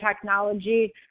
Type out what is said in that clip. technology